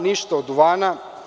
Ništa od duvana.